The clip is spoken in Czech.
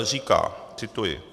Říká cituji: